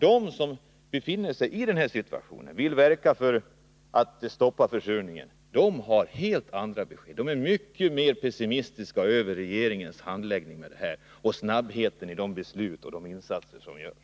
De som befinner sig i den här situationen och vill verka för att stoppa försurningen har emellertid helt andra besked att ge. De är mycket mer pessimistiska över regeringens handläggning och snabbheten i de beslut som fattas och de insatser som görs.